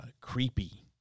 creepy